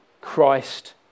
Christ